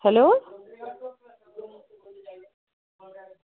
hello